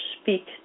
speak